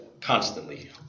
constantly